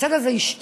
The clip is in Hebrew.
הצד הזה ישתוק?